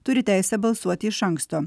turi teisę balsuoti iš anksto